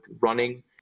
running